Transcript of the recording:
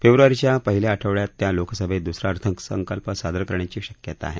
फेब्र्वारीच्या पहिल्या आठवडयात त्या लोकसभेत द्सरा अर्थसंकल्प सादर करायची शक्यता आहे